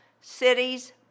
cities